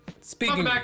Speaking